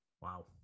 Wow